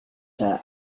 her